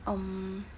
um